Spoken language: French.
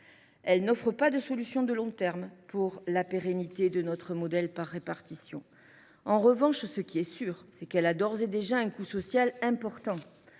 elle n’offre pas de solution de long terme pour la pérennité de notre modèle par répartition. En revanche, ce qui est sûr, c’est qu’elle a d’ores et déjà un coût social important.